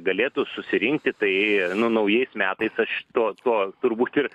galėtų susirinkti tai nu naujais metais aš to to turbūt ir